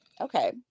okay